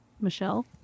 Michelle